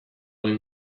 den